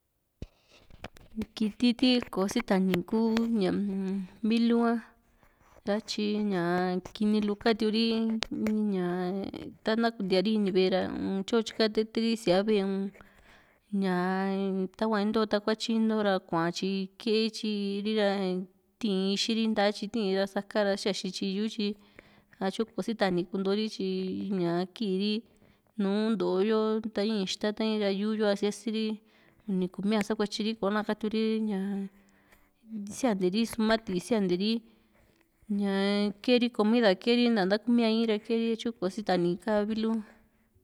kiti ti kò´o sitani ku ñaa-m vilu ha satyi ña kini lu katiuri ña tana kuntiari ini ve´e ra tyo tyika teteri siaa ve´e u´n ñaa tahua into takuatyi into ra kuatyi ketyi ri ra tii ixi ri nta´a tyi tii ra sa´ka ra xaxi´n tyi yu´u tyi satyo kò´o sita´ni konto ri tyi ña kiiri nùù nto´o yo ta in ixta in ra yu´u yu´u a siasiri ntitumia sakuatyi ri kona katiuri ña sianteri sumati sianteri ña ke´ri comida ke´ri nakumia in ra ke´ri tyu ko sitani ka vilu.